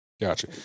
Gotcha